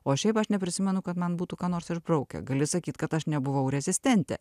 o šiaip aš neprisimenu kad man būtų ką nors išbraukę gali sakyt kad aš nebuvau rezistentė